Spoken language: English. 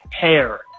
hair